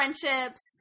friendships